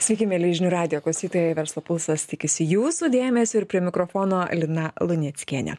sveiki mieli žinių radijo klausytojai verslo pulsas tikisi jūsų dėmesio ir prie mikrofono lina luneckienė